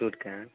okay